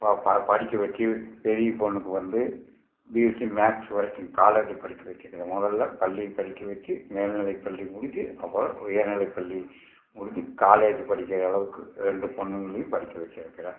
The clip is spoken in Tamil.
பா பா படிக்க வைக்க பெரிய பெண்ணுக்கு வந்து பிஎஸ்சி மேக்ஸ் வரைக்கும் காலேஜி படிக்க வச்சுருக்கேன் முதல்ல பள்ளி படிக்க வைக்க மேல்நிலை பள்ளி முடிஞ்சு அப்பறம் உயர்நிலை பள்ளி முடிஞ்சு காலேஜ் படிக்கிற அளவுக்கு ரெண்டு பெண்ணுங்களையும் படிக்க வைச்சிருக்கிறேன்